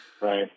right